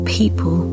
people